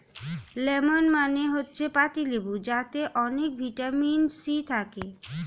lemon মানে হচ্ছে পাতিলেবু যাতে অনেক ভিটামিন সি থাকে